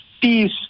peace